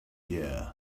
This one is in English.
yeah